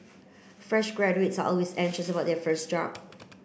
fresh graduates always anxious about their first job